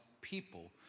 people